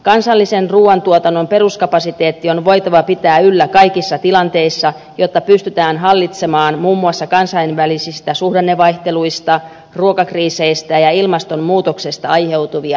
kansallisen ruuantuotannon peruskapasiteetti on voitava pitää yllä kaikissa tilanteissa jotta pystytään hallitsemaan muun muassa kansainvälisistä suhdannevaihteluista ruokakriiseistä ja ilmastonmuutoksesta aiheutuvia riskejä